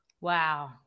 Wow